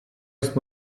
jest